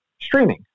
streaming